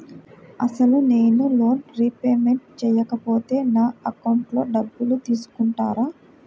అసలు నేనూ loan repayment చేయకపోతే నా అకౌంట్లో డబ్బులు తీసుకుంటారా?